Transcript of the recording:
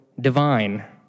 divine